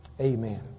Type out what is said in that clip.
Amen